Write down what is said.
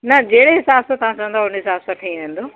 न जहिड़े हिसाब सां तव्हां चवंदव हुन हिसाब सां थी वेंदो